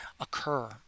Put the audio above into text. occur